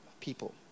people